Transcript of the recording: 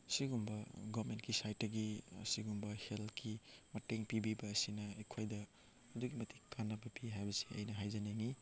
ꯑꯁꯤꯒꯨꯝꯕ ꯒꯣꯔꯃꯦꯟꯒꯤ ꯁꯥꯏꯠꯇꯒꯤ ꯑꯁꯤꯒꯨꯝꯕ ꯍꯦꯜꯠꯀꯤ ꯃꯇꯦꯡ ꯄꯤꯕꯤꯕ ꯑꯁꯤꯅ ꯑꯩꯈꯣꯏꯗ ꯑꯗꯨꯛꯀꯤ ꯃꯇꯤꯛ ꯀꯥꯟꯅꯕ ꯄꯤ ꯍꯥꯏꯕꯁꯤ ꯑꯩꯅ ꯍꯥꯏꯖꯅꯤꯡꯉꯤ